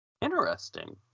Interesting